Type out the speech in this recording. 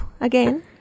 again